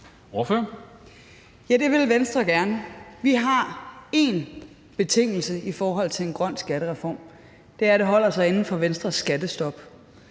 Ja, det vil Venstre gerne. Vi har én betingelse i forhold til en grøn skattereform, og det er, at det holder sig inden for Venstres skattestop,